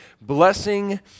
blessing